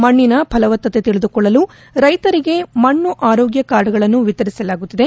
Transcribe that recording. ಮಣ್ಣಿನ ಫಲವತ್ತತೆ ತಿಳಿದುಕೊಳ್ಳಲು ರೈತರಿಗೆ ಮಣ್ಣು ಆರೋಗ್ಯ ಕಾರ್ಡ್ಗಳನ್ನು ವಿತರಿಸಲಾಗುತ್ತಿದೆ